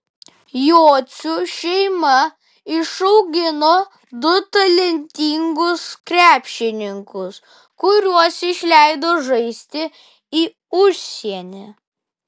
jocių šeima išaugino du talentingus krepšininkus kuriuos išleido žaisti į užsienį